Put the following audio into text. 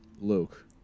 Luke